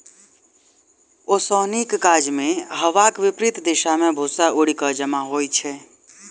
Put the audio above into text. ओसौनीक काजमे हवाक विपरित दिशा मे भूस्सा उड़ि क जमा होइत छै